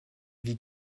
wie